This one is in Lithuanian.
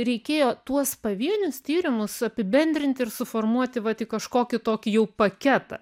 reikėjo tuos pavienius tyrimus apibendrinti ir suformuoti vat į kažkokį tokį jau paketą